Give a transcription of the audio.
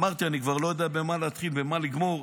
אמרתי שאני כבר לא יודע במה להתחיל ובמה לגמור,